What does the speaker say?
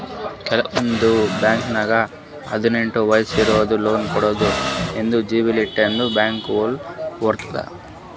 ಕೆಲವಂದ್ ಬಾಂಕ್ದಾಗ್ ಹದ್ನೆಂಟ್ ವಯಸ್ಸ್ ಇದ್ದೋರಿಗ್ನು ಲೋನ್ ಕೊಡ್ತದ್ ಇದು ಎಲಿಜಿಬಿಲಿಟಿ ಬ್ಯಾಂಕ್ ಮ್ಯಾಲ್ ಹೊತದ್